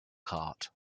cart